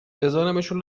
بزارمشون